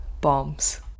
Bombs